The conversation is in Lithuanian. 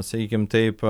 sakykim taip